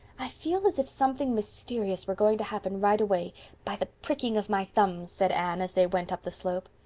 i feel as if something mysterious were going to happen right away by the pricking of my thumbs said anne, as they went up the slope.